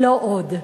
לא עוד.